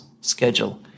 schedule